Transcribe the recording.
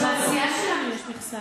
לסיעה שלנו יש מכסה.